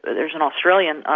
there's an australian,